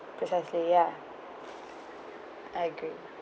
precisely ya I agree